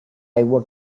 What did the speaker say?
aigua